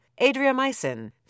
adriamycin